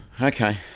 Okay